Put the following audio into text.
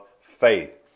faith